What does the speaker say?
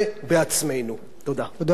תודה רבה, חבר הכנסת הורוביץ.